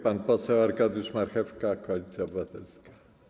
Pan poseł Arkadiusz Marchewka, Koalicja Obywatelska.